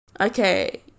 Okay